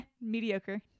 mediocre